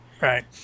Right